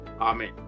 Amen